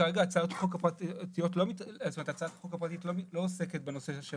כרגע הצעת החוק הפרטית לא עוסקת בנושא של